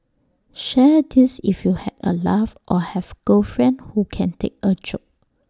share this if you had A laugh or have girlfriend who can take A joke